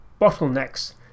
bottlenecks